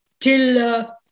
till